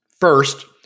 First